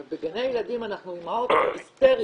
אבל בגני ילדים אנחנו אימהות היסטריות.